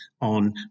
on